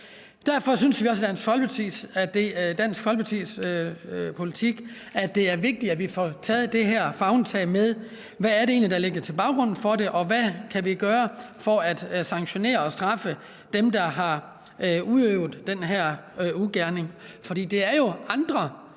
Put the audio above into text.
Det er vigtigt for Dansk Folkeparti, at vi får taget favntag med det her. Vi må se på, hvad det egentlig er, der ligger til grund for det, og hvad vi kan gøre for at sanktionere og straffe dem, der har udøvet den her ugerning. For det er jo andre